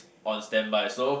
on standby so